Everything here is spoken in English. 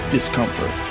discomfort